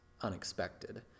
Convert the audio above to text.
unexpected